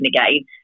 again